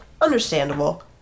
understandable